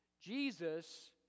Jesus